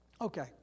Okay